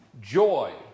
joy